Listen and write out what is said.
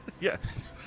Yes